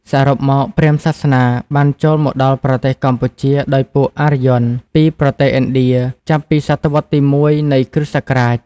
សរុបមកព្រាហ្មណ៍សាសនា បានចូលមកដល់ប្រទេសកម្ពុជាដោយពួកអារ្យ័នពីប្រទេសឥណ្ឌា ចាប់ពីសតវត្សរ៍ទី ១ នៃគ្រិស្តសករាជ។